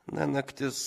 na naktis